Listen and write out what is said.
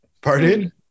Pardon